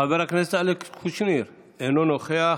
חבר הכנסת אלכס קושניר, אינו נוכח.